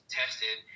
tested